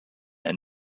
and